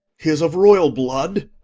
he is of royal blood.